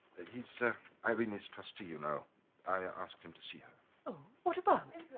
he's irene's trustee you know i asked him to see her. oh what about?